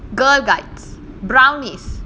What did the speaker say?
girl guides brownies